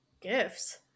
Gifts